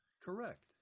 Correct